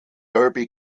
derby